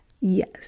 Yes